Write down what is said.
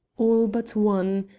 all but one!